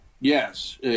Yes